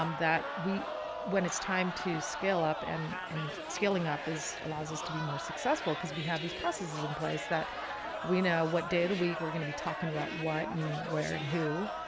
um that we when it's time to scale up and and scaling up is allows us to be more successful because we have these processes in place that we know what day of the week we're going to be talking about what and where and who.